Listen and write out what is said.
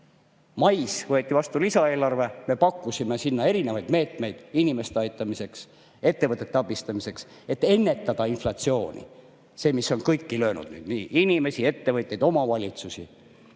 Mais võeti vastu lisaeelarve. Me pakkusime sinna erinevaid meetmeid inimeste aitamiseks, ettevõtete abistamiseks, et ennetada inflatsiooni, mis on kõiki löönud – inimesi, ettevõtteid, omavalitsusi.